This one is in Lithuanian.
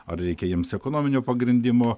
ar reikia jiems ekonominio pagrindimo